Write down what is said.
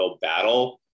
battle